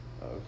Okay